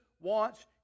wants